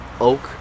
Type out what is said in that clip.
oak